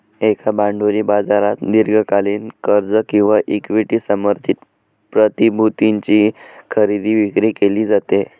एका भांडवली बाजारात दीर्घकालीन कर्ज किंवा इक्विटी समर्थित प्रतिभूतींची खरेदी विक्री केली जाते